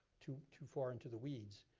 too too far into the weeds.